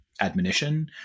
admonition